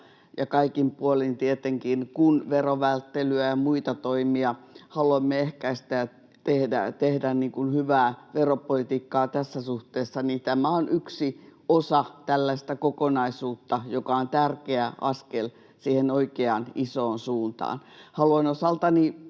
Ja kaikin puolin tietenkin kun verovälttelyä ja muita toimia haluamme ehkäistä ja tehdä hyvää veropolitiikkaa tässä suhteessa, tämä on yksi osa tällaista kokonaisuutta, joka on tärkeä askel siihen oikeaan isoon suuntaan. Haluan myös osaltani,